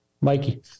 Mikey